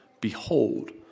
behold